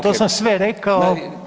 To sam sve rekao.